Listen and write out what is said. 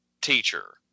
teacher